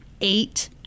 eight